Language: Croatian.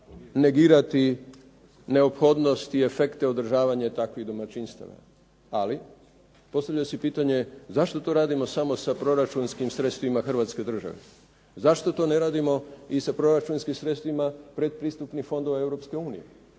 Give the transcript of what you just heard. negirati neophodnost i efekte održavanja takvih domaćinstava, ali postavlja se pitanje zašto to radimo samo sa proračunskim sredstvima Hrvatske države. Zašto to ne radimo i sa proračunskim sredstvima predpristupnih fondova